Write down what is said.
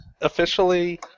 officially